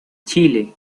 chile